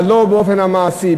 אבל לא באופן המעשי,